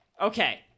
Okay